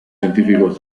científicos